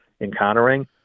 encountering